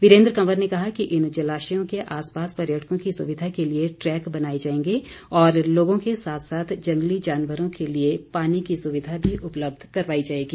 वीरेन्द्र कंवर ने कहा कि इन जलाश्यों के आस पास पर्यटकों की सुविधा के लिए दैक बनाए जाएंगे और लोगों के साथ साथ जंगली जानवरों के लिए पानी की सुविधा भी उपलब्ध करवाई जाएगी